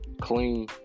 clean